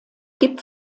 gibt